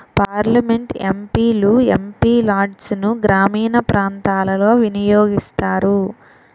parliament MP లు MP లాడ్సును గ్రామీణ ప్రాంతాలలో వినియోగిస్తారు